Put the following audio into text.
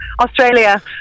Australia